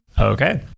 Okay